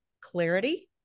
clarity